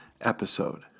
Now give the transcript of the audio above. episode